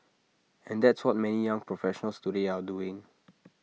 and that's what many young professionals today are doing